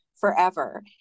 forever